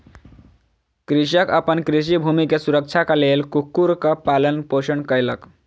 कृषक अपन कृषि भूमि के सुरक्षाक लेल कुक्कुरक पालन पोषण कयलक